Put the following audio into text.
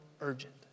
urgent